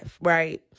Right